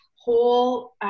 whole